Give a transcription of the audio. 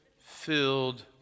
filled